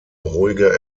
ruhige